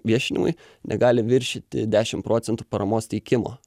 viešinimui negali viršyti dešimt procentų paramos teikimo